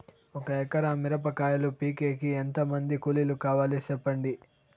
ఒక ఎకరా మిరప కాయలు పీకేకి ఎంత మంది కూలీలు కావాలి? సెప్పండి?